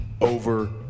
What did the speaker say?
over